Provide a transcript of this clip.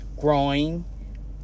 growing